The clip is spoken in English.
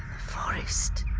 forest.